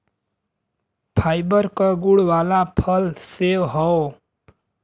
fibre क गुण वाला फल सेव हौ